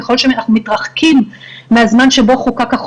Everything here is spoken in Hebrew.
ככל שאנחנו מתרחקים מהזמן שבו חוקק החוק,